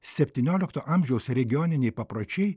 septyniolikto amžiaus regioniniai papročiai